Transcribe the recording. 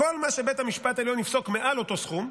כל מה שבית המשפט העליון יפסוק מעל אותו סכום,